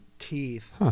teeth